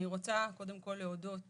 אני רוצה קודם כל להודות